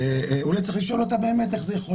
אולי צריך לשאול אותה באמת איך זה יכול